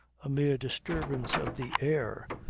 a mere disturbance of the air,